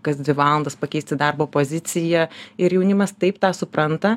kas dvi valandas pakeisti darbo poziciją ir jaunimas taip tą supranta